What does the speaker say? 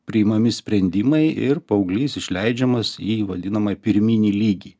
priimami sprendimai ir paauglys išleidžiamas į vadinamą pirminį lygį